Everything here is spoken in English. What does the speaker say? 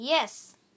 Yes